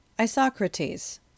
Isocrates